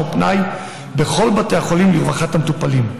ופנאי בכל בתי החולים לרווחת המטופלים.